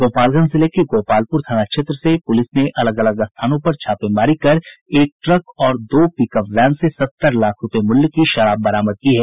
गोपालगंज जिले के गोपालपुर थाना क्षेत्र में पुलिस ने अलग अलग स्थानों पर छापेमारी कर एक ट्रक और दो पिकअप वैन से सत्तर लाख रूपये मूल्य की शराब बरामद की है